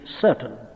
certain